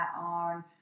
on